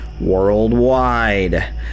worldwide